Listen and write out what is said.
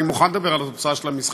אני מוכן לדבר על התוצאה של המשחק,